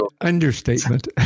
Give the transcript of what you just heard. understatement